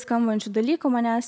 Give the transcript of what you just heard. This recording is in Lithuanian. skambančių dalykų manęs